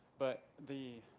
but, the